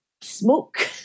smoke